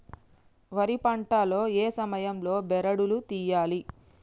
వరి పంట లో ఏ సమయం లో బెరడు లు తియ్యాలి?